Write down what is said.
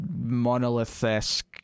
monolithesque